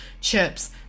chips